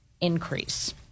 increase